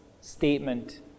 statement